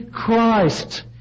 Christ